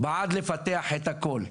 אנחנו בעד לפתח את הכל,